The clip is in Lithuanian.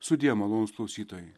sudie malonūs klausytojai